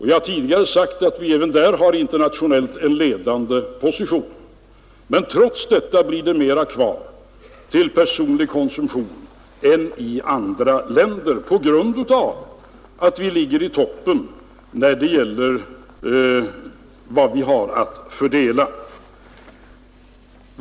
Jag har tidigare sagt att vi även därvidlag internationellt sett intar en ledande position. Men trots detta blir det mera kvar till personlig konsumtion här än i andra länder, på grund av att vi ligger i toppen när det gäller vad vi har att fördela.